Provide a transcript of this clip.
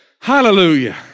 Hallelujah